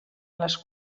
les